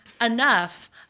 enough